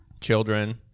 children